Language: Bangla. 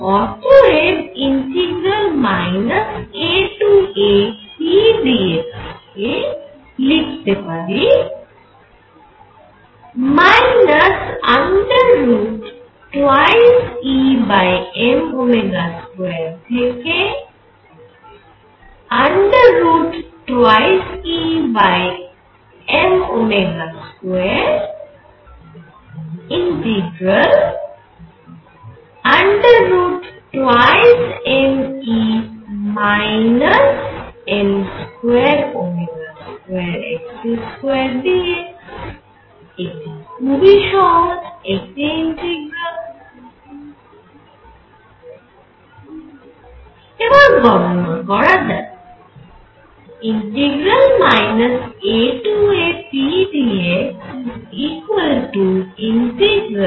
অতএব AAp dx হবে 2Em2 থেকে 2Em2 √ dx এটি খুব সহজ একটি ইন্টিগ্রাল